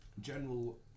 general